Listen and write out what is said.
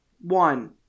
One